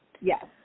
Yes